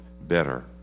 better